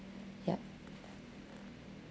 ya